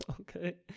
Okay